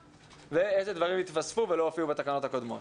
ואילו דברים התווספו ולא הופיעו בתקנות הקודמות.